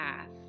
path